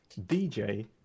DJ